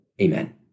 Amen